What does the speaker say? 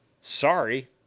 sorry